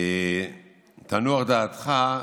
אדוני היושב-ראש, תנוח דעתך,